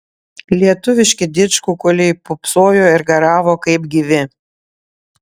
lietuviški didžkukuliai pūpsojo ir garavo kaip gyvi